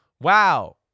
wow